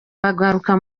bagaruka